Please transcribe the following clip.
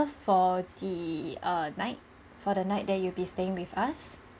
for the err night for the night there you will be staying with us